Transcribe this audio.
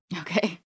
Okay